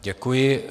Děkuji.